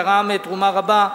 תרם תרומה רבה,